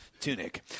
tunic